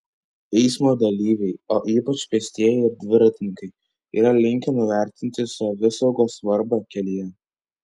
eismo dalyviai o ypač pėstieji ir dviratininkai yra linkę nuvertinti savisaugos svarbą kelyje